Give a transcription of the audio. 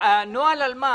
נוהל על מה?